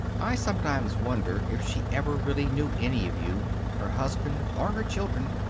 i sometimes wonder if she ever really knew any of you. her husband, or her children.